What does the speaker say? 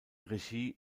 regie